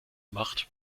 macht